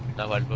novell